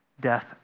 Death